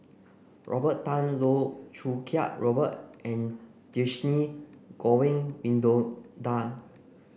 Robert Tan Loh Choo Kiat Robert and Dhershini Govin Winodan